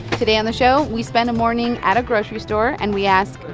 today on the show, we spent a morning at a grocery store. and we ask,